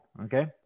okay